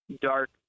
dark